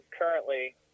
currently